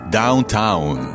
downtown